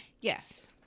Yes